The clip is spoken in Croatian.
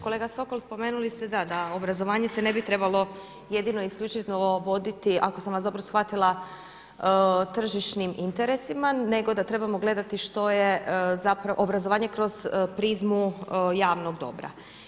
Kolega Sokol, spomenuli ste, da da obrazovanje se ne bi trebalo jedino isključivo voditi, ako sam vas dobro shvatila tržišnim interesima, nego da trebamo gledati što je, obrazovanje kroz prizmu, javnog dobra.